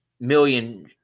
million